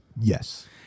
Yes